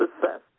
success